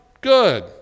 Good